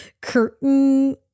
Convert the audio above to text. curtain